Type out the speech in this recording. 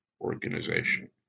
organization